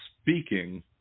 speaking